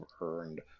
earned